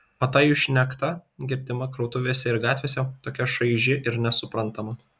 o ta jų šnekta girdima krautuvėse ir gatvėse tokia šaiži ir nesuprantama